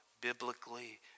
biblically